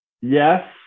Yes